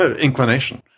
inclination